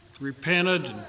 repented